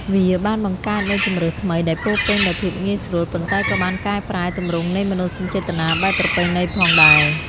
វាបានបង្កើតនូវជម្រើសថ្មីដែលពោរពេញដោយភាពងាយស្រួល ប៉ុន្តែក៏បានកែប្រែទម្រង់នៃមនោសញ្ចេតនាបែបប្រពៃណីផងដែរ។